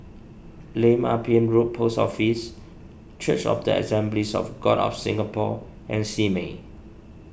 Lim Ah Pin Road Post Office Church of the Assemblies of God of Singapore and Simei